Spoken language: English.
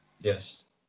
Yes